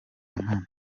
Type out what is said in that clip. nkana